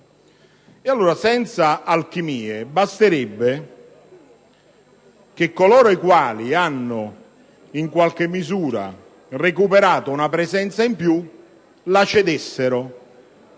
Allora, senza alchimie, basterebbe che coloro i quali hanno, in qualche misura, recuperato una presenza in più la cedessero,